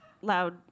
loud